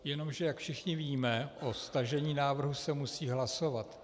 Jenomže jak všichni víme, o stažení návrhu se musí hlasovat.